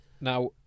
Now